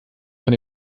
von